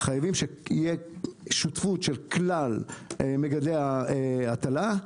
חייבים שתהיה שותפות של כלל מגדלי ההטלה,